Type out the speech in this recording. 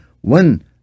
one